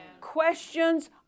Questions